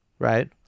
Right